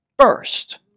first